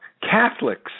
Catholics